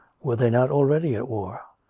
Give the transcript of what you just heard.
were they not already at war?